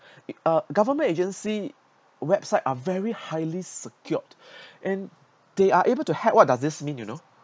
a government agency website are very highly secured and they are able to hack what does this mean you know